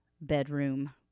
bedroom